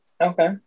Okay